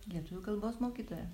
lietuvių kalbos mokytoja